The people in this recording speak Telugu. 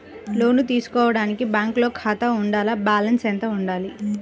లోను తీసుకోవడానికి బ్యాంకులో ఖాతా ఉండాల? బాలన్స్ ఎంత వుండాలి?